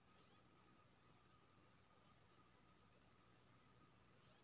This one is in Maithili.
फिक्सड डिपॉजिट के ब्याज दर एक लाख पर एक साल ल कतबा इ?